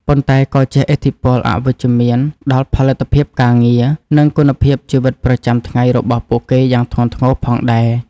ប៉ុន្តែក៏ជះឥទ្ធិពលអវិជ្ជមានដល់ផលិតភាពការងារ និងគុណភាពជីវិតប្រចាំថ្ងៃរបស់ពួកគេយ៉ាងធ្ងន់ធ្ងរផងដែរ។